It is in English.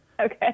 Okay